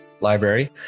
library